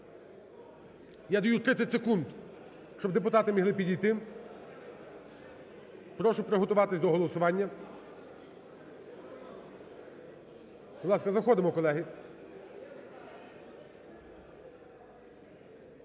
Я даю 30 секунд, щоб депутати могли підійти. Прошу приготуватись до голосування. Будь ласка, заходимо, колеги.